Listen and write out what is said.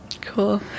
cool